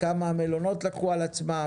כמה מלונות לקחו על עצמם,